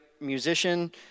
musician